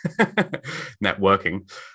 networking